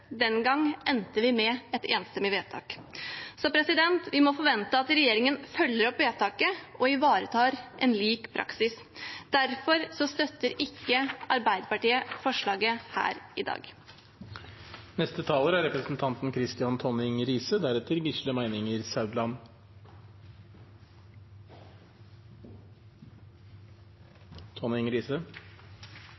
Den gang endte vi med et enstemmig vedtak. Vi må forvente at regjeringen følger opp vedtaket og ivaretar en lik praksis. Derfor støtter ikke Arbeiderpartiet forslaget her i